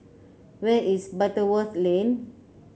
where is Butterworth Lane